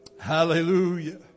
Hallelujah